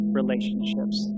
relationships